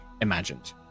imagined